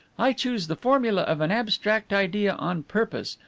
i chose the formula of an abstract idea on purpose,